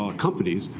ah companies,